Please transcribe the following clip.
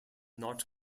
not